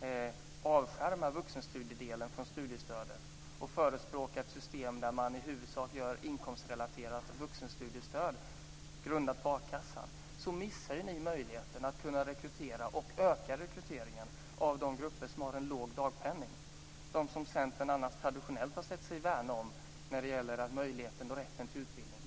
föreslå en avskärmning av vuxenstudiedelen från studiestödet och förespråka ett system där man i huvudsak gör ett inkomstrelaterat vuxenstudiestöd grundat på a-kassa missar ni möjligheten att kunna rekrytera och öka rekryteringen av de grupper som har en låg dagpenning. Det är dem som Centern annars traditionellt har sagt sig värna när det gäller möjligheten och rätten till utbildning.